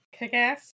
Kickass